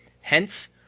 Hence